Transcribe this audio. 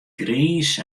griis